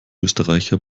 österreicher